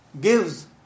gives